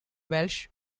welsh